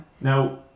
Now